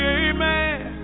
amen